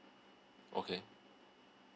okay